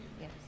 Yes